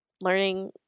learning